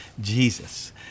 Jesus